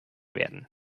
werden